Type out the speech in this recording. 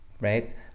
right